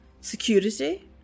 security